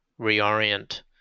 reorient